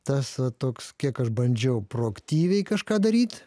tas va toks kiek aš bandžiau proaktyviai kažką daryt